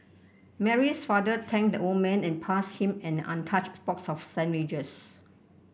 Mary's father thanked the old man and passed him an untouched box of sandwiches